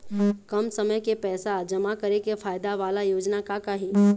कम समय के पैसे जमा करे के फायदा वाला योजना का का हे?